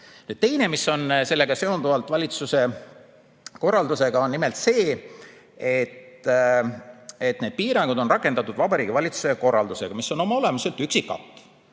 koht. Teine, mis seondub valitsuse korraldusega, on nimelt see, et need piirangud on rakendatud Vabariigi Valitsuse korraldusega, mis on oma olemuselt üksikakt